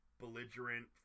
belligerent